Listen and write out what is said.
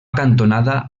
cantonada